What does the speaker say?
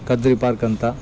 Kadri park ಅಂತ